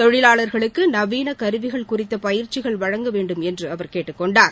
தொழிலாளா்களுக்கு நவீன கருவிகள் குறித்த பயிற்சிகள் வழங்கவேண்டும் என்று அவர் கேட்டுக்கொண்டார்